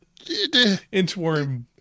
inchworm